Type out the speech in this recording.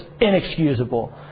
inexcusable